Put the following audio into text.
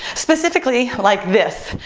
specifically like this,